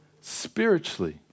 spiritually